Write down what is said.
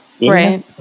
Right